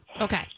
Okay